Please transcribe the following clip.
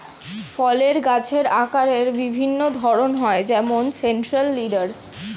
ফলের গাছের আকারের বিভিন্ন ধরন হয় যেমন সেন্ট্রাল লিডার